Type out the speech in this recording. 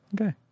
Okay